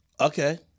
Okay